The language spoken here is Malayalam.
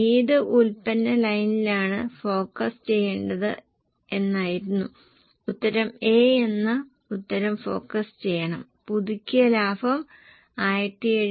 ഇത് യൂണിറ്റിന് വേരിയബിൾ വിലയാണെന്നും ഇളവ് വിൽപന വില C 44 x 1